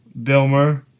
Billmer